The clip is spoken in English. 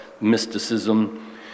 mysticism